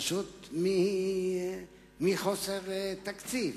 פשוט מחוסר תקציב.